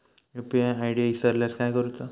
UPI ID इसरल्यास काय करुचा?